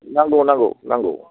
नांगौ नांगौ नांगौ